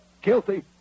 guilty